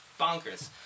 bonkers